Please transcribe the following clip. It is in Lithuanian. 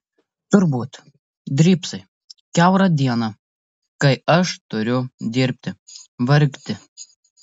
turbūt drybsai kiaurą dieną kai aš turiu dirbti vargti